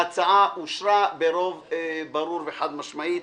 ההצעה אושרה ברוב ברור וחד משמעי.